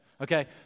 okay